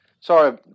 Sorry